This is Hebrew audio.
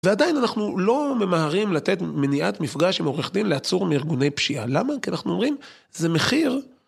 ועדיין אנחנו לא ממהרים לתת מניעת מפגש עם עורך דין לעצור מארגוני פשיעה. למה? כי אנחנו אומרים, זה מחיר.